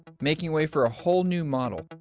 making way for a whole new model,